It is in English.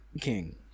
King